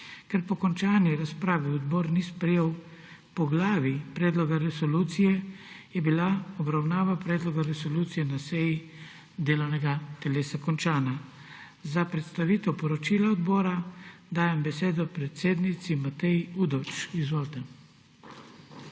Ker po končani razpravi odbor ni sprejel poglavij predloga resolucije, je bila obravnava predloga resolucije na seji delovnega telesa končana. Za predstavitev poročila odbora dajem besedo predsednici Mateji Udovč. Izvolite.